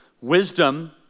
Wisdom